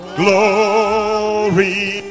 glory